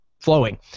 flowing